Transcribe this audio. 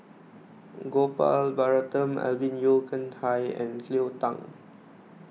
Gopal Baratham Alvin Yeo Khirn Hai and Cleo Thang